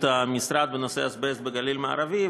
המשרד בנושא האזבסט בגליל המערבי,